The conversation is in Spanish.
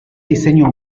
diseña